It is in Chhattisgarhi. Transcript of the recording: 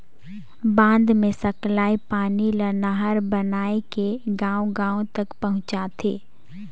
बांध मे सकलाए पानी ल नहर बनाए के गांव गांव तक पहुंचाथें